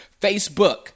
Facebook